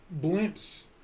blimps